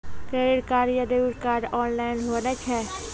Credit card या debit card online बनै छै?